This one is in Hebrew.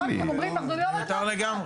מיותר לגמרי.